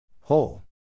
Whole